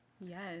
yes